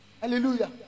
Hallelujah